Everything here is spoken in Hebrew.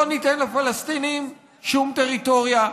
לא ניתן לפלסטינים שום טריטוריה,